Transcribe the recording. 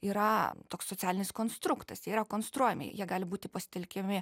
yra toks socialinis konstruktas jie yra konstruojami jie gali būti pasitelkiami